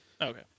Okay